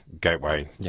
gateway